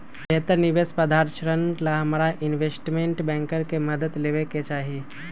बेहतर निवेश प्रधारक्षण ला हमरा इनवेस्टमेंट बैंकर के मदद लेवे के चाहि